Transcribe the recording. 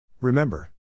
Remember